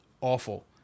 awful